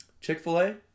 Chick-fil-A